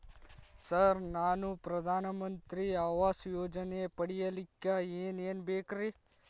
Sir ನಾನು ಪ್ರಧಾನ ಮಂತ್ರಿ ಆವಾಸ್ ಯೋಜನೆ ಪಡಿಯಲ್ಲಿಕ್ಕ್ ಏನ್ ಏನ್ ಬೇಕ್ರಿ?